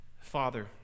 Father